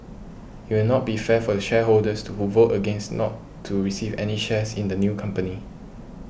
it will not be fair for the shareholders to who vote against not to receive any shares in the new company